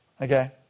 Okay